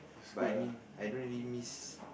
but I mean I don't really miss